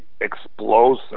explosive